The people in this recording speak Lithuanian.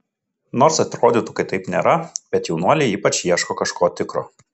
nors atrodytų kad taip nėra bet jaunuoliai ypač ieško kažko tikro